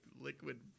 liquid